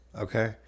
Okay